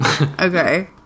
Okay